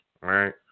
right